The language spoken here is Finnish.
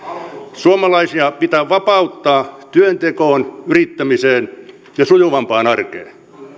suomalaisia pitää vapauttaa työntekoon yrittämiseen ja sujuvampaan arkeen